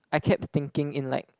I kept thinking in like